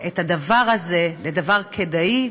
את הדבר הזה לדבר כדאי,